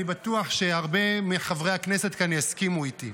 אני בטוח שהרבה מחברי הכנסת כאן יסכימו איתי.